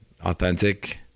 authentic